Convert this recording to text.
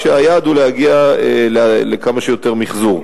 והיעד הוא להגיע לכמה שיותר מיחזור,